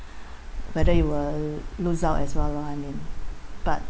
whether you will lose out as well lah but